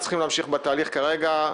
אנחנו צריכים להמשיך בתהליך כרגע,